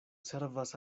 servas